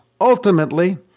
Ultimately